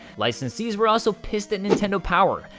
licensees were also pissed at nintendo power,